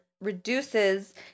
reduces